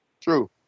True